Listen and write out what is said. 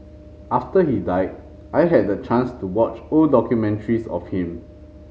after he died I had the chance to watch old documentaries of him